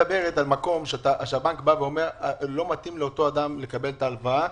היא מדברת על מצב שהבנק אומר לא מתאים לאותו אדם לקבל את ההלוואה,